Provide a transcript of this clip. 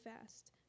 fast